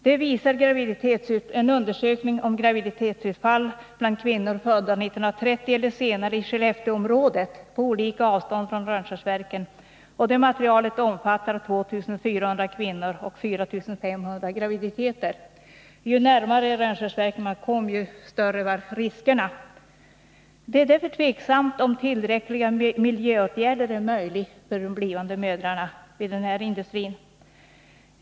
Det visar en undersökning av graviditetsutfall bland kvinnor födda 1930 eller senare i Skellefteåområdet på olika avstånd från Rönnskärsverken. Materialet omfattar ca 2 400 kvinnor och 4 500 graviditeter. Ju närmare Rönnskärsverken man kom, ju större var riskerna. Det är därför tveksamt om tillräckliga miljöåtgärder är möjliga för de blivande mödrarna vid denna industri.